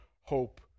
hope